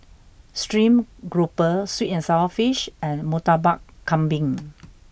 Stream Grouper Sweet and Sour Fish and Murtabak Kambing